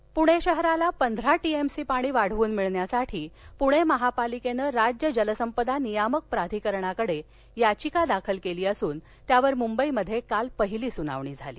पाणी पुणे शहराला पंधरा टिएमसी पाणी वाढवून मिळण्यासाठी पुणे महापालिकेनं राज्य जलसंपदा नियामक प्राधिकरणाकडे याचिका दाखल केली असून त्यावर मुंबईमध्ये काल पहिली सूनावणी झाली